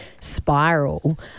spiral